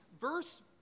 verse